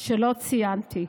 שלא ציינתי.